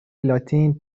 لاتین